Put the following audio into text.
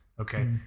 Okay